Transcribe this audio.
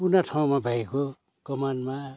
कुना ठाउँमा भएको कमानमा